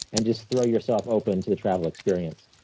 and just throw yourself open to the travel experience.